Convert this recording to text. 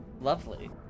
lovely